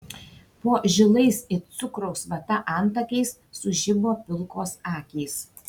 po žilais it cukraus vata antakiais sužibo pilkos akys